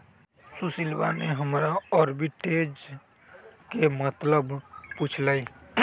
सुशीलवा ने हमरा आर्बिट्रेज के मतलब पूछ लय